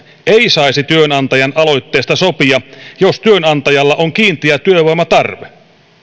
ei saisi työnantajan aloitteesta sopia jos työnantajalla on kiinteä työvoimatarve